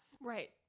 Right